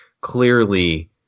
clearly